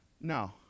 No